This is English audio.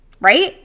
right